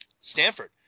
Stanford